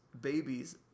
babies